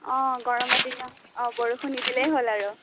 অঁ গৰমৰ দিনত অঁ বৰষুণ নিদিলেই হ'ল আৰু